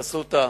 פסוטה,